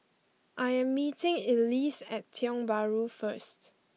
I am meeting Elease at Tiong Bahru first